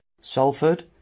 Salford